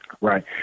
Right